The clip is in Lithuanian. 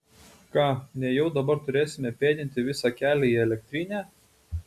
ką nejau dabar turėsime pėdinti visą kelią į elektrinę